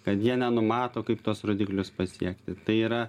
kad jie nenumato kaip tuos rodiklius pasiekti tai yra